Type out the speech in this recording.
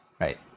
right